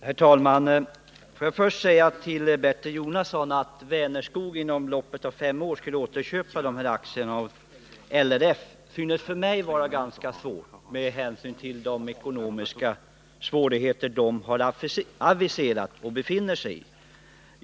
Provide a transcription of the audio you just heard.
Herr talman! Får jag först vända mig till Bertil Jonasson. Att Vänerskog inom loppet av fem år skulle återköpa de här aktierna av LRF synes för mig vara ganska vanskligt med hänsyn till de ekonomiska svårigheter som Vänerskog har aviserat och som bolaget befinner sig i.